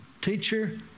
teacher